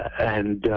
and